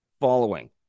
following